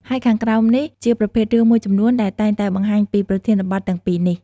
ហើយខាងក្រោមនេះជាប្រភេទរឿងមួយចំនួនដែលតែងតែបង្ហាញពីប្រធានបទទាំងពីរនេះ។